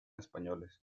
españoles